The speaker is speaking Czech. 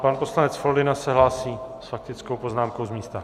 Pan poslanec Foldyna se hlásí s faktickou poznámkou z místa.